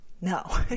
No